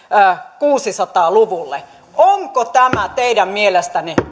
tuhatkuusisataa luvulle onko tämä teidän mielestänne